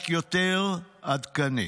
רק יותר עדכני.